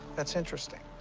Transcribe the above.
that's interesting.